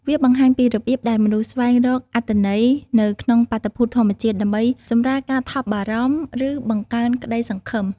វាបង្ហាញពីរបៀបដែលមនុស្សស្វែងរកអត្ថន័យនៅក្នុងបាតុភូតធម្មជាតិ ដើម្បីសម្រាលការថប់បារម្ភ ឬបង្កើនក្តីសង្ឃឹម។